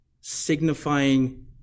signifying